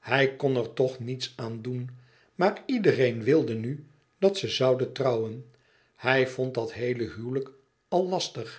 hij kon er toch niets aan doen maar iedereen wilde nu dat ze zouden trouwen hij vond dat heele huwelijk al lastig